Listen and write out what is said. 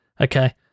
Okay